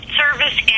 service